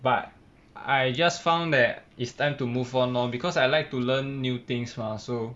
but I just found that it's time to move on lor because I like to learn new things mah so